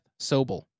Sobel